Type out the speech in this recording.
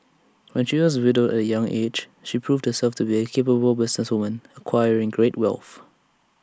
when she was widowed at A young aged she proved herself to be A capable businesswoman acquiring great wealth